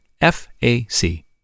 F-A-C